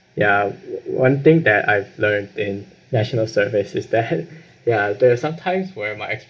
ya one thing that I've learned in national service is they had ya there's sometimes where my